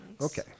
okay